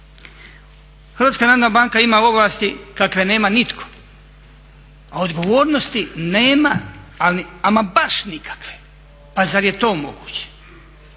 puno veći. HNB ima ovlasti kakve nema nitko, a odgovornosti nema ama baš nikakve. Pa zar je to moguće?